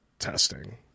Testing